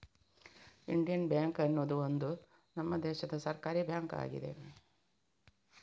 Indian bank ಅನ್ನುದು ಒಂದು ನಮ್ಮ ದೇಶದ ಸರ್ಕಾರೀ ಬ್ಯಾಂಕು ಆಗಿದೆ